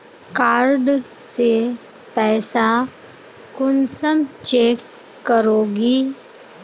Card से पैसा कुंसम चेक करोगी?